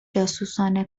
جاسوسان